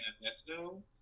manifesto